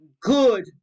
good